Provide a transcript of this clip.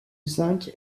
zinc